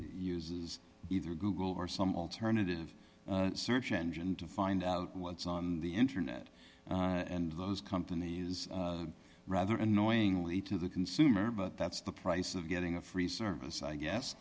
uses either google or some alternative search engine to find out what's on the internet and those companies rather annoyingly to the consumer that's the price of getting a free service i guess